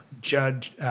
Judge